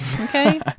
Okay